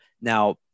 Now